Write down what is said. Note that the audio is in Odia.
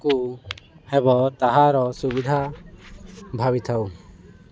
କୁ ହେବ ତାହାର ସୁବିଧା ଭାବିଥାଉ